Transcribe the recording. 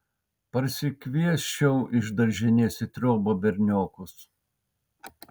parsikviesčiau iš daržinės į triobą berniokus